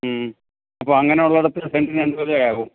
മ്മ് അപ്പോൾ അങ്ങനെ ഉള്ളയിടത്ത് സെൻറ്റിന് എന്ത് വിലയാകും